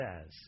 says